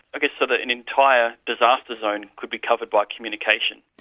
guess so that an entire disaster zone could be covered by communication.